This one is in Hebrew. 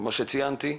כמו שציינתי,